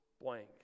blank